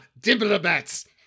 diplomats